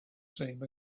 same